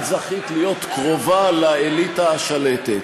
את זכית להיות קרובה לאליטה השלטת,